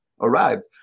arrived